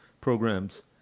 programs